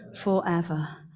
forever